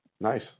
nice